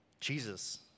Jesus